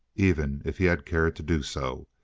even if he had cared to do so.